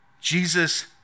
Jesus